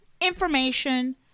information